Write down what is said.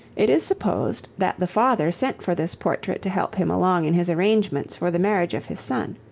it is supposed that the father sent for this portrait to help him along in his arrangements for the marriage of his son.